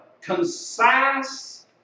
concise